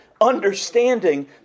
Understanding